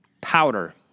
powder